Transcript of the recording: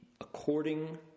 according